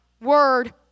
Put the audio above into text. word